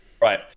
Right